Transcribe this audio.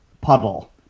puddle